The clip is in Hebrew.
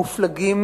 מופלגים,